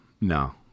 No